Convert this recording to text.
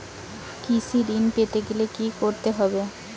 কৃষি ঋণ পেতে গেলে কি করতে হবে?